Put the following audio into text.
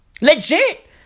Legit